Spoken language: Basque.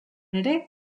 ere